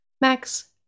Max